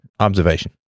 Observation